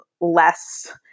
less